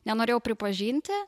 nenorėjau pripažinti